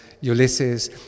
Ulysses